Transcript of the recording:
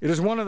it is one of